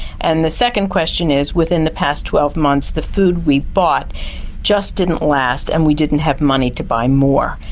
and the second question is within the past twelve months the food that we bought just didn't last and we didn't have money to buy more.